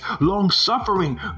long-suffering